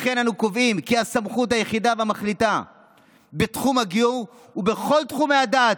לכן אנו קובעים כי הסמכות היחידה והמחליטה בתחום הגיור ובכל תחומי הדת,